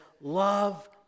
love